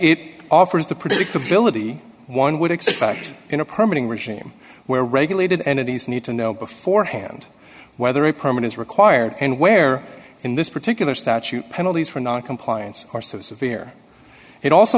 it offers the predictability one would expect in a permanent regime where regulated entities need to know beforehand whether a permit is required and where in this particular statute penalties for noncompliance are so severe it also